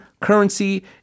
currency